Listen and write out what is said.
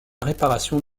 réparation